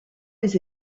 des